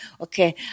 Okay